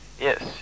Yes